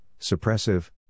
suppressive